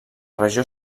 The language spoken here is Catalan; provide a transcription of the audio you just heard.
regió